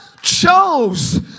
chose